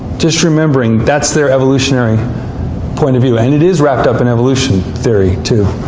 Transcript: just remembering, that's their evolutionary point of view. and it is wrapped up in evolution theory, too.